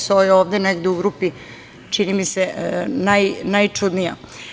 So je ovde negde u grupi, čini mi se, najčudnija.